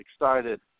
excited